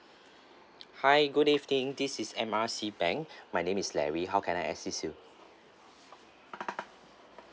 hi good evening this is M R C bank my name is larry how can I assist you